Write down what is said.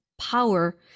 power